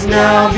now